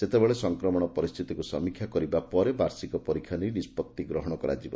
ସେତେବେଳେ ସଂକ୍ରମଣ ପରିସ୍ତିତିକୁ ସମୀକ୍ଷା କରିବା ପରେ ବାର୍ଷିକ ପରୀକ୍ଷା ନେଇ ନିଷ୍ବଉି ଗ୍ରହଶ କରାଯିବ